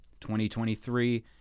2023